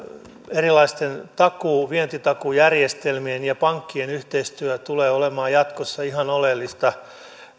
erilaisten vientitakuujärjestelmien ja pankkien yhteistyö tulee olemaan jatkossa ihan oleellista